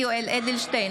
בעד יולי יואל אדלשטיין,